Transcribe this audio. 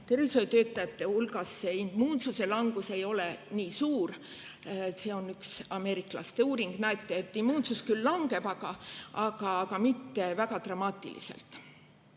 tervishoiutöötajaid, nende hulgas immuunsuse langus ei ole nii suur. See on üks ameeriklaste uuring, te näete, et immuunsus küll langeb, aga mitte väga dramaatiliselt.